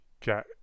get